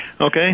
Okay